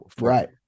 right